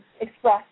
express